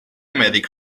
mèdic